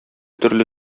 төрле